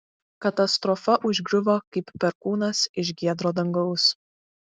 katastrofa užgriuvo kaip perkūnas iš giedro dangaus